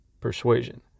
persuasion